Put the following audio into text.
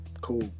cool